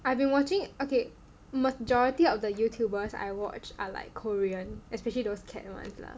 I've been watching ok majority of the Youtubers I watch are like Korean especially those cat ones lah